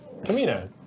Tamina